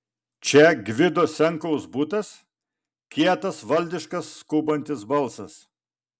čia gvido senkaus butas kietas valdiškas skubantis balsas